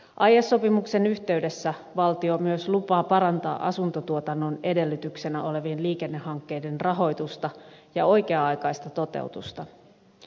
aiesopimuksen yhteydessä valtio myös lupaa parantaa asuntotuotannon edellytyksenä olevien liikennehankkeiden rahoitusta ja oikea aikaista toteutusta